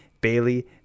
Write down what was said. Bailey